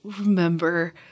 remember